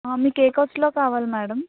మీకు ఏ కాస్ట్లో కావాలి మేడం